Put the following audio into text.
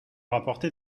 apporter